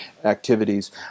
Activities